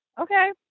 okay